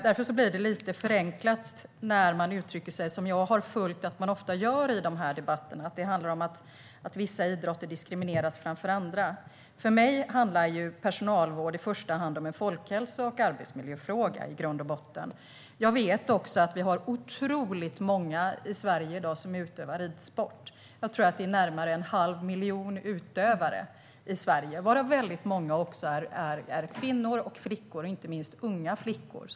Det blir därför lite förenklat när man i de här debatterna uttrycker sig, vilket jag har följt att man ofta gör, som att vissa idrotter diskrimineras jämfört med andra. För mig är personalvård i första hand en folkhälso och arbetsmiljöfråga. Jag vet att otroligt många utövar ridsport i Sverige i dag. Jag tror att det är närmare en halv miljon utövare i Sverige, varav många är kvinnor och flickor, inte minst unga flickor.